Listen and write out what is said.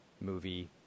movie